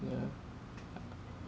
yeah